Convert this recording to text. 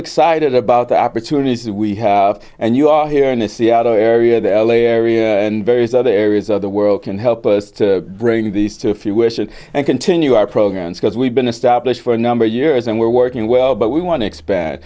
excited about the opportunities we have and you are here in the seattle area the l a area and various other areas of the world can help us to bring these to if you wish and continue our programs because we've been established for a number of years and we're working well but we want to expand